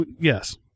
yes